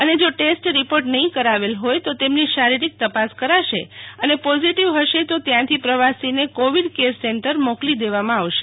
અને જો test report નહોં કરાયેલ હોય તો તેમની શારિરીક તપાસ કરાશે અને પોઝીટીવ હશે તો ત્યાંથી પ્રવાસીને કોવિડ કેર સેન્ટર મોકલી દેવામાં આવશે